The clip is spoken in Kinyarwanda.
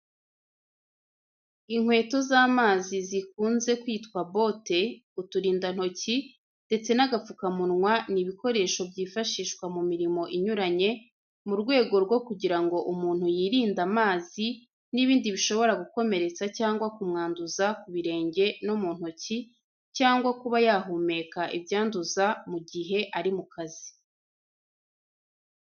Inkweto z'amazi zikunze kwitwa bote, uturindantoki ndetse n'agapfukamunwa ni ibikoresho byifashishwa mu mirimo inyuranye, mu rwego rwo kugira ngo umuntu yirinde amazi n'ibindi bishobora gukomeretsa cyagwa kumwanduza ku birenge no mu ntoki cyangwa kuba yahumeka ibyanduza, mu gihe ari mu kazi.